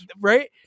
right